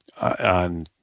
on